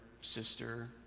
sister